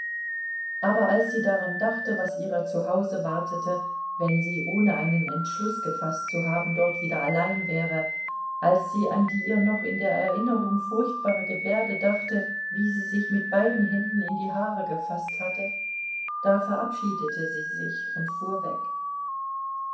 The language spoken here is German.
aber als sie daran dachte was ihrer zu hause wartete wenn sie ohne einen entschluß gefaßt zu haben dort wieder allein wäre als sie an die ihr noch in der erinnerung furchtbare gebärde dachte wie sie sich mit beiden händen in die haare gefaßt hatte da verabschiedete sie sich und fuhr weg